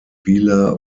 vila